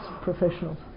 professionals